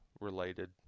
related